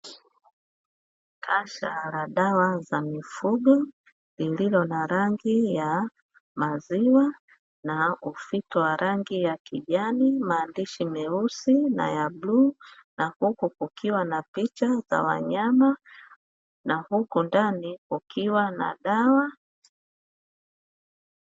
Kasha la dawa za mifugo lililo na rangi ya maziwa na ufito wa rangi ya kijani, maandishi meusi na ya bluu na huku kukiwa na picha za wanyama na huko ndani kukiwa na dawa.